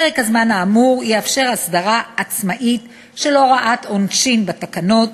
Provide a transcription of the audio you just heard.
פרק הזמן האמור יאפשר הסדרה עצמאית של הוראת עונשין בתקנות,